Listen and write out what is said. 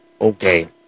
Okay